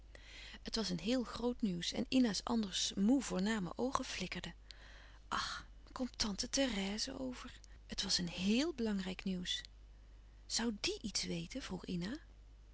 het was een heel groot nieuws en ina's anders moê voorname oogen flikkerden ach komt tante therèse over het was een héél belangrijk nieuws zoû die iets weten vroeg ina